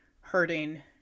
hurting